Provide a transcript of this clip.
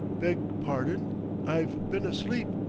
beg pardon i've been asleep,